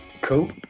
Cool